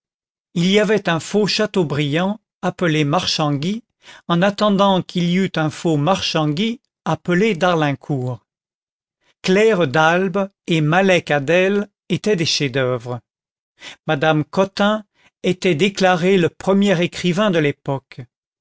il y avait un faux chateaubriand appelé marchangy en attendant qu'il y eut un faux marchangy appelé d'arlincourt claire d'albe et malek adel étaient des chefs-d'oeuvre madame cottin était déclarée le premier écrivain de l'époque